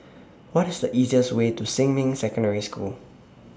What IS The easiest Way to Xinmin Secondary School